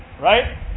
Right